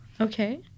Okay